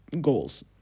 goals